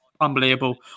Unbelievable